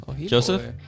Joseph